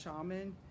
shaman